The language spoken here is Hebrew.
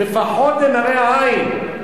לפחות למראה עין,